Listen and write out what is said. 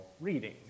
reading